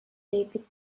david